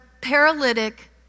paralytic